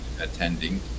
attending